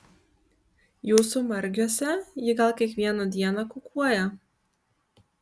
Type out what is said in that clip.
jūsų margiuose ji gal kiekvieną dieną kukuoja